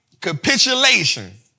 Capitulation